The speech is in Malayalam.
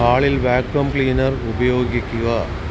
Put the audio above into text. ഹാളിൽ വാക്വം ക്ലീനർ ഉപയോഗിക്കുക